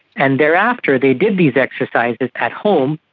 and thereafter they did these exercises at home,